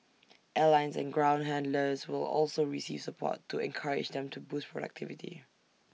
airlines and ground handlers will also receive support to encourage them to boost productivity